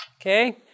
okay